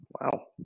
Wow